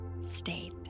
state